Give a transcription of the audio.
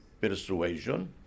persuasion